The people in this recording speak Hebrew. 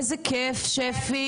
איזה כיף שפי,